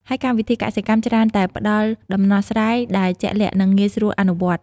ហើយកម្មវិធីកសិកម្មច្រើនតែផ្ដល់ដំណោះស្រាយដែលជាក់ស្ដែង និងងាយស្រួលអនុវត្ត។